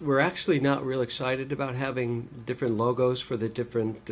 we're actually not really excited about having different logos for the different